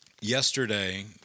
Yesterday